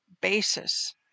basis